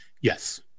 yes